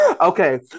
okay